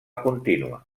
contínua